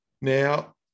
now